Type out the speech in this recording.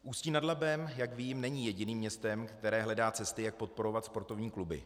Ústí nad Labem, jak vím, není jediným městem, které hledá cesty, jak podporovat sportovní kluby.